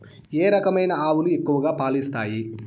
ఏ రకమైన ఆవులు ఎక్కువగా పాలు ఇస్తాయి?